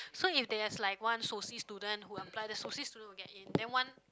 so if there's like one soci student who apply the soci student will get in then one